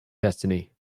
destiny